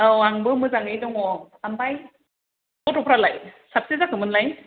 औ आंबो मोजाङै दङ ओमफ्राय गथ'फ्रालाय साबेसे जाखो मोनलाय